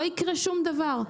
לא יקרה שום דבר.